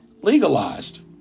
legalized